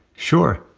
sure.